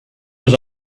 was